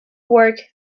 work